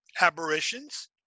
aberrations